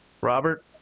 Robert